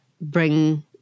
bring